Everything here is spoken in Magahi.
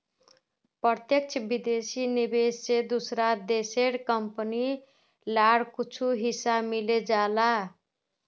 प्रत्यक्ष विदेशी निवेश से दूसरा देशेर कंपनी लार कुछु हिस्सा मिले जाहा